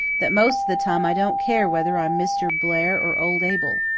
that most of the time i don't care whether i'm mr. blair or old abel.